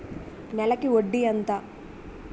నెలకి వడ్డీ ఎంత?